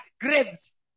graves